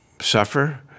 suffer